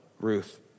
Ruth